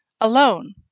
alone